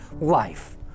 life